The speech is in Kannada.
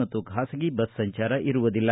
ಮತ್ತು ಖಾಸಗಿ ಬಸ್ ಸಂಚಾರ ಇರುವುದಿಲ್ಲ